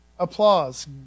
Applause